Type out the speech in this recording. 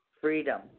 freedom